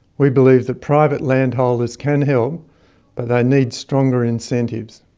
we believe that private landholders can help but they need stronger incentives.